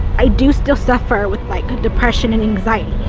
i do still suffer with like depression and anxiety